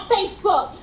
Facebook